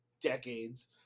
decades